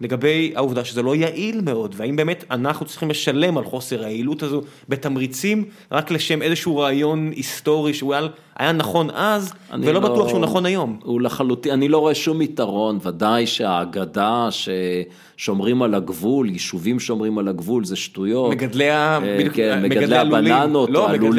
לגבי העובדה שזה לא יעיל מאוד, והאם באמת אנחנו צריכים לשלם על חוסר היעילות הזו, בתמריצים רק לשם איזשהו רעיון היסטורי שאולי היה נכון אז, ולא בטוח שהוא נכון היום. אני לא רואה שום יתרון, ודאי שהאגדה ששומרים על הגבול, יישובים שומרים על הגבול זה שטויות. מגדלי ה... הבננות, מגדלי הלולים.